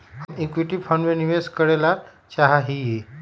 हम equity fund में निवेश करे ला चाहा हीयी